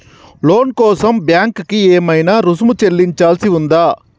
లోను కోసం బ్యాంక్ కి ఏమైనా రుసుము చెల్లించాల్సి ఉందా?